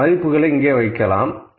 அந்த மதிப்புகளை இங்கே வைக்கலாம்